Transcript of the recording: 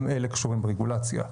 גם אלה קשורים ברגולציה.